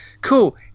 cool